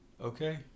Okay